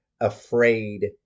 afraid